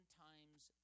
times